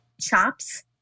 Chops